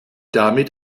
damit